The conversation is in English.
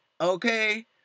Okay